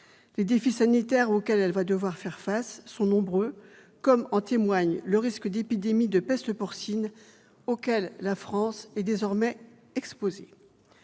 Les défis sanitaires auxquels elle va devoir faire face sont nombreux, comme en témoigne le risque d'épidémie de peste porcine auquel la France est désormais exposée.